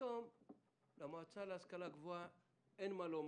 ופתאום למועצה להשכלה גבוהה אין מה לומר,